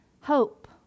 Hope